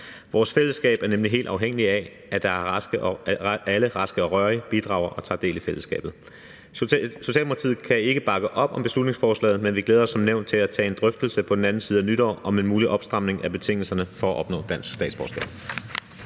Vores fællesskab er nemlig helt afhængigt af, at alle raske og rørige bidrager og tager del i fællesskabet. Socialdemokratiet kan ikke bakke op om beslutningsforslaget, men vi glæder os som nævnt til at tage en drøftelse på den anden side af nytår om en mulig opstramning af betingelserne for at opnå dansk statsborgerskab.